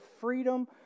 freedom